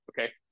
Okay